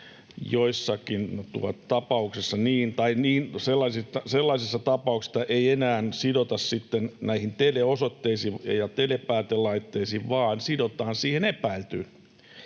sidota sitten näihin teleosoitteisiin ja telepäätelaitteisiin vaan sidotaan siihen epäiltyyn.